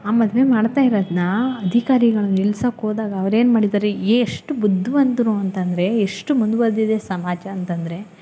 ಆ ಮದುವೆ ಮಾಡ್ತಾ ಇರೋದ್ನ ಅಧಿಕಾರಿಗಳು ನಿಲ್ಸೋಕ್ಕೋದಾಗ ಅವ್ರೇನು ಮಾಡಿದರೆ ಎಷ್ಟು ಬುದ್ಧಿವಂತ್ರು ಅಂತಂದ್ರೆ ಎಷ್ಟು ಮುಂದುವರ್ದಿದೆ ಸಮಾಜ ಅಂತಂದ್ರೆ